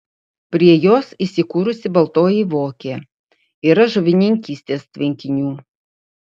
prie jos įsikūrusi baltoji vokė yra žuvininkystės tvenkinių